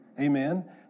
amen